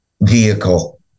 vehicle